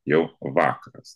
jau vakaras